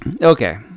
Okay